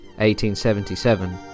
1877